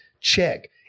Check